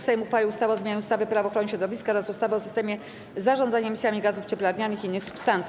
Sejm uchwalił ustawę o zmianie ustawy - Prawo ochrony środowiska oraz ustawy o systemie zarządzania emisjami gazów cieplarnianych i innych substancji.